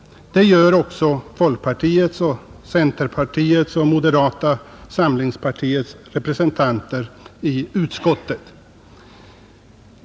Det gör också folkpartiets, centerpartiets och moderata samlingspartiets representanter i utskottet.